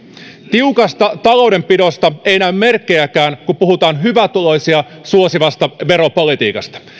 tiukasta taloudenpidosta ei näy merkkejäkään kun puhutaan hyvätuloisia suosivasta veropolitiikasta